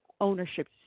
ownership